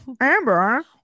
Amber